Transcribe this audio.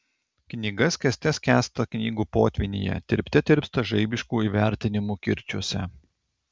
knyga skęste skęsta knygų potvynyje tirpte tirpsta žaibiškų įvertinimų kirčiuose